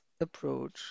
approach